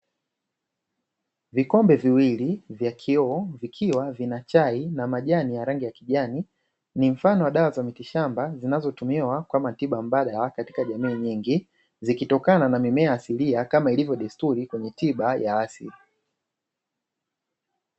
Vikombe viwili vya kioo, vikiwa vina chai na majani ya rangi ya kijani, ni mfano wa dawa za miti shamba zinazo tumiwa kama tiba mbadala katika jamii nyingi, zikitokana na mimea asilia kama ilivyo desturi kwenye tiba ya asili.